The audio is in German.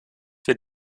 wird